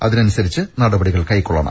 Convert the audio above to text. അതിന് അനുസരിച്ച് നടപടികൾ കൈക്കൊള്ളണം